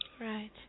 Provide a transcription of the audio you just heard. Right